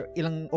ilang